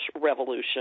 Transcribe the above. Revolution